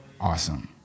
awesome